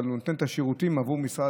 אבל הוא נותן את השירותים עבור משרד